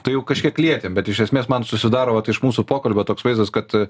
tai jau kažkiek lietėm bet iš esmės man susidaro vat iš mūsų pokalbio toks vaizdas kad